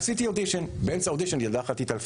עשיתי אודישן, ובאמצע האודישן ילדה אחת התעלפה.